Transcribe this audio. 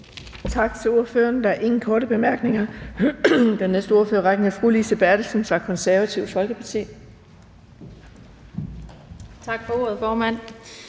Tak til ordføreren. Der er ingen korte bemærkninger. Den næste ordfører i rækken er fru Lise Bertelsen fra Det Konservative Folkeparti. Kl. 09:39 (Ordfører)